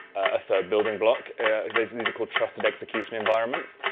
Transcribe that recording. a third building block is called trusted execution environments.